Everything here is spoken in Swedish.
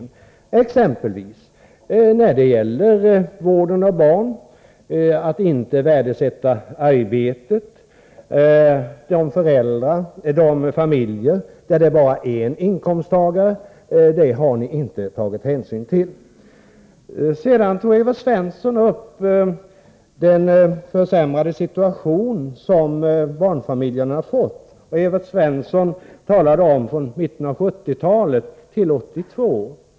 Ni värderar inte det arbete som vård av barn innebär, och ni har inte tagit hänsyn till familjer med bara en inkomsttagare. Sedan tog Evert Svensson upp den enligt honom försämrade situation som barnfamiljerna skulle ha fått från mitten av 1970-talet till 1982.